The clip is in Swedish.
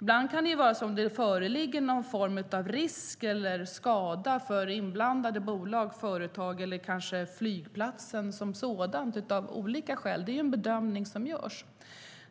Ibland kan det föreligga en risk för skada för inblandade bolag, företag eller flygplatsen.